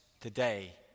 today